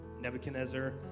Nebuchadnezzar